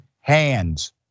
hands